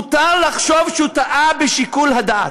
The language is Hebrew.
מותר לחשוב שהוא טעה בשיקול הדעת.